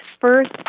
first